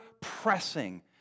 pressing